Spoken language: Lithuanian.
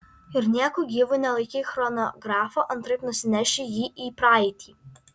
ir nieku gyvu nelaikyk chronografo antraip nusineši jį į praeitį